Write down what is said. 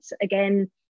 Again